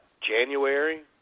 January